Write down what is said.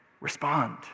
respond